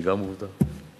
גם זו עובדה.